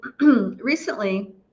recently